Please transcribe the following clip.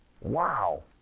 Wow